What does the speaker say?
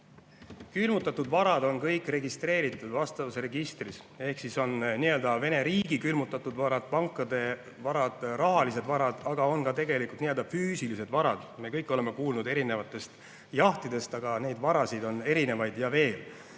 Külmutatud varad on kõik registreeritud vastavas registris, need on Vene riigi külmutatud varad, pankade varad, rahalised varad, aga on ka tegelikult nii-öelda füüsilised varad. Me kõik oleme kuulnud erinevatest jahtidest, aga neid varasid on erinevaid ja veel.